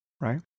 right